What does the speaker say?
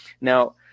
Now